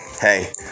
hey